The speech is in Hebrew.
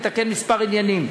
לתקן כמה עניינים.